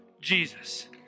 Jesus